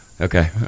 Okay